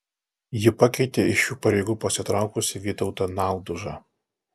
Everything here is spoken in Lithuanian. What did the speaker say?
ji pakeitė iš šių pareigų pasitraukusi vytautą naudužą